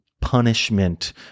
punishment